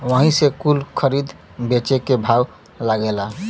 वही से कुल खरीद बेची के भाव लागेला